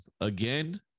again